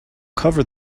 cover